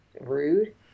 Rude